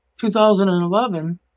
2011